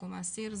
בשיקום האסיר,